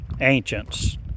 ancients